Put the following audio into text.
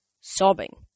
Sobbing